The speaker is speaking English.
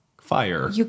Fire